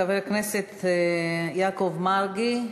חבר הכנסת יעקב מרגי,